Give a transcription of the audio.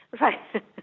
Right